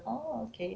orh okay